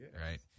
right